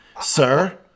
sir